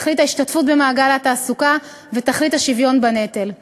תכלית ההשתתפות במעגל התעסוקה ותכלית השוויון בנטל.